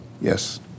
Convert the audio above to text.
Yes